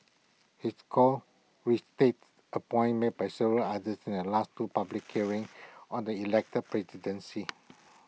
his call restates A point made by several others at last two public hearings on the elected presidency